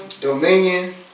dominion